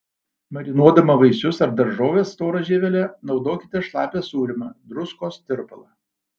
marinuodama vaisius ar daržoves stora žievele naudokite šlapią sūrymą druskos tirpalą